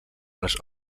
les